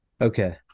Okay